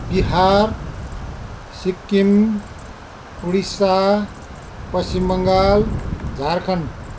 Bihar Sikkim Odisha Paschim Bangal Jharkhand